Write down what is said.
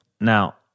Now